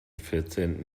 vierzehnten